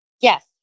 Yes